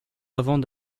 avant